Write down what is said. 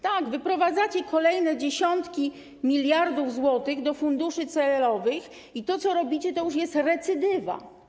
Tak, wyprowadzacie kolejne dziesiątki miliardów złotych do funduszy celowych i to, co robicie, to jest już recydywa.